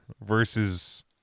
versus